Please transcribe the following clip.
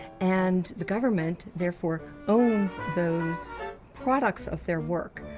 and the government therefore owns those products of their work.